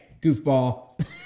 goofball